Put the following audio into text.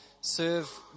serve